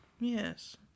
yes